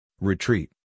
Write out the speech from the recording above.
retreat